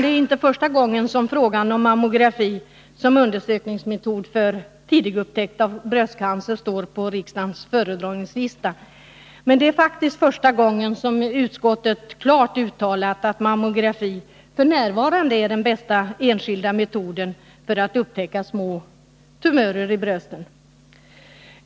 Detta är inte första gången som frågan om mammografi som undersökningsmetod för tidig upptäckt av bröstcancer står på riksdagens föredragningslista. Men det är faktiskt första gången som utskottet klart uttalat att mammografi f. n. är den bästa enskilda metoden att upptäcka små tumörer i brösten.